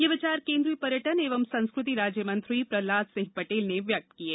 ये विचार केन्द्रीय पर्यटन एवं संस्कृति राज्य मंत्री श्री प्रहलाद सिंह पटेल ने व्यक्त किये